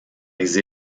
les